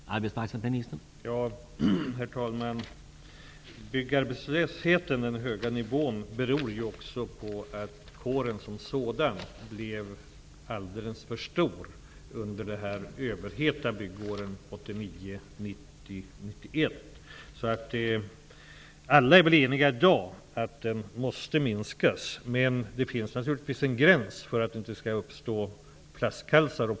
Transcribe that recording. Herr talman! Den höga nivån på byggarbetslösheten beror också på att byggarbetarkåren blev alldeles för stor under de överheta byggåren 1989--1991. Alla är väl i dag eniga om att den måste minskas, men det finns naturligtvis en gräns för detta -- om minskningen blir för stor uppstår flaskhalsar.